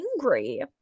angry